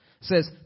says